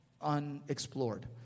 unexplored